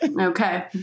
Okay